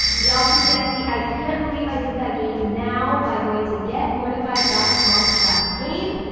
y'all can get the i can't believe i did that game now by going to getmortified dot com slash game.